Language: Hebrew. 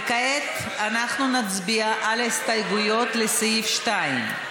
וכעת אנחנו נצביע על ההסתייגויות לסעיף 2,